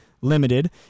Limited